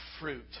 fruit